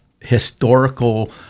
historical